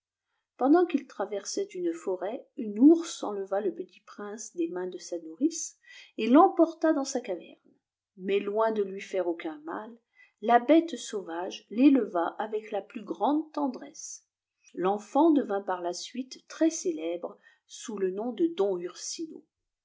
pendant qu'il traversait une forêt une ourse enleva le petit prince des mains de sa nourrice et l'emporta dans sa caverne mais loin de lui faire aucun mal la béte sauvage réleva avec la plus grande tendresse l enfant devint par la suite très célèbre sous le nom de